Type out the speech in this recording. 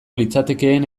litzatekeen